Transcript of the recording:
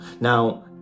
now